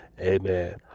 amen